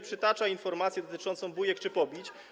Przytacza informacje dotyczące bójek czy pobić.